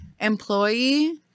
employee